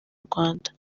rwanda